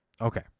Okay